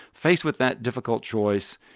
faced with that difficult choice,